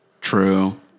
True